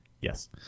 yes